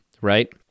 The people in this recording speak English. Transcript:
right